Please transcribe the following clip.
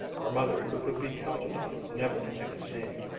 her mother who could be counted on never to make a scene.